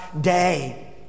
day